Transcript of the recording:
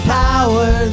power